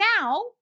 now